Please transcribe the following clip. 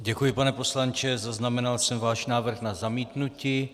Děkuji, pane poslanče, zaznamenal jsem váš návrh na zamítnutí.